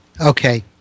Okay